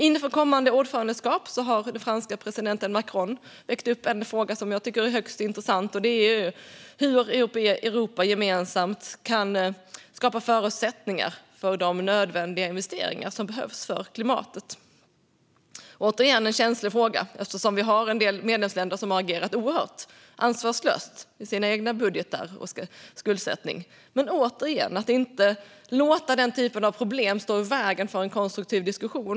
Inför kommande ordförandeskap har Frankrikes president Macron väckt en fråga som jag tycker är högst intressant, nämligen hur Europa gemensamt kan skapa förutsättningar för de investeringar som är nödvändiga för klimatet. Detta är återigen en känslig fråga, eftersom vi har en del medlemsländer som har agerat oerhört ansvarslöst i sina egna budgetar och sin egen skuldsättning. Återigen får vi dock inte låta den typen av problem stå i vägen för en konstruktiv diskussion.